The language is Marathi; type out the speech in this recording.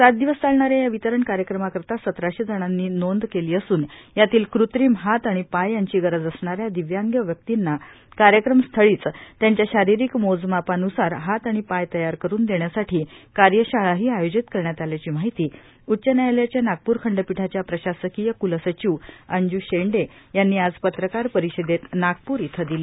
सात दिवस चालणाऱ्या या वितरण कार्यक्रमाकरिता सतराशे जणांनी नोंदणी केली असून यातील कृत्रिम हात आणि पाय यांची गरज असणाऱ्या दिव्यांग व्यक्तींना कार्यक्रम स्थळीच त्यांच्या शारीरिक मोजमापाव्रसार हात आणि पाय तयार करून देण्यासाठी कार्यशाळाही आयोजित करण्यात आल्याची माहिती उच्च न्यायालयाच्या नागपूर खंडपीठाच्या प्रशासकीय कुलसचिव अंजू शेंडे यांनी पत्रकार परिषदेत नागपूर इथं दिली